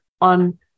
on